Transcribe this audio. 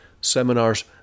seminars